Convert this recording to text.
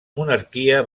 monarquia